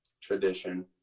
tradition